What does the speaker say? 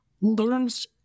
learns